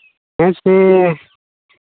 ᱦᱮᱸᱥᱮ